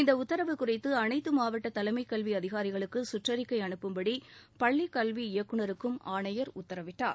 இந்த உத்தரவு குறித்து அனைத்து மாவட்ட தலைமைக் கல்வி அதிகாரிகளுக்கு கற்றறிக்கை அனுப்பும்படி பள்ளிக் கல்வி இயக்குநருக்கும் ஆணையர் உத்தரவிட்டார்